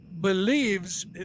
believes